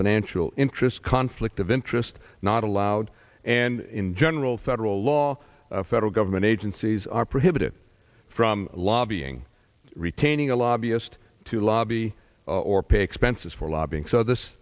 financial interests conflict of interest not allowed and in general federal law federal government agencies are prohibited from lobbying retaining a lobbyist to lobby or pay expenses for lobbying so this